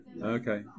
Okay